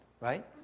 right